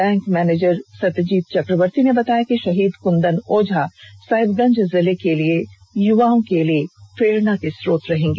bank manager Satyajit Chakraborty ने बताया कि शहीद कदन ओझा साहिबगंज जिले के युवाओं के लिए प्रेरणा स्रोत हैं